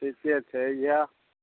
ठीके छै इएह